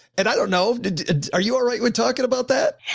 and i don't know. are you all right with talking about that?